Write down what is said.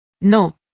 no